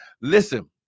Listen